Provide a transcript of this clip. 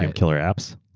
and killer apps?